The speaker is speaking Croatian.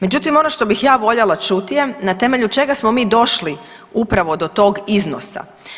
Međutim, ono što bih ja voljela čuti je na temelju čega smo mi došli upravo do tog iznosa?